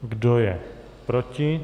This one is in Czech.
Kdo je proti?